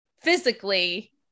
physically